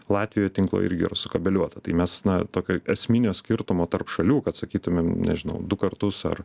latvijoj tinklo irgi yra sukabeliuota tai mes na tokio esminio skirtumo tarp šalių kad sakytumėm nežinau du kartus ar